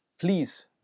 please